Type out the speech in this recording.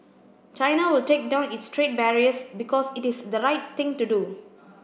China will take down its trade barriers because it is the right thing to do